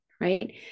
right